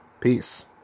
Peace